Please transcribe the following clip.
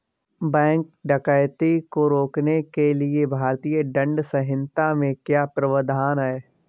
bank डकैती को रोकने के लिए भारतीय दंड संहिता में क्या प्रावधान है